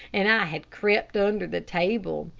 and i had crept under the table,